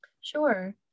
Sure